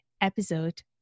episode